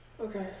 Okay